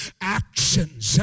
actions